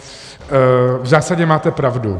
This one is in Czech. V zásadě máte pravdu.